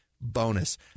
bonus